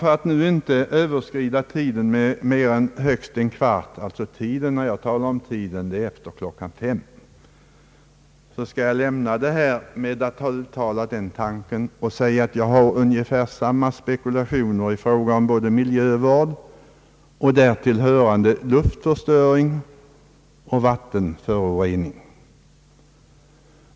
För att nu inte överskrida klockslaget 17 med mer än högst en kvart, skall jag lämna det här avsnittet med att uttala, att jag har gjort ungefär samma spekulationer som andra i fråga om miljövården och de till den hörande problemen med luftförstöring och vatitenförorening.